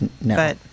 no